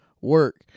work